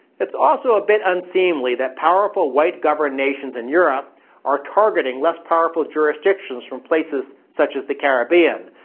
it's also a bit unseemly that powerful, white governed nations in europe are targeting less powerful jurisdictions from places such as the carribean.